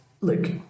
Look